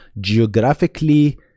geographically